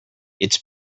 its